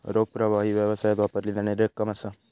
रोख प्रवाह ही व्यवसायात वापरली जाणारी रक्कम असा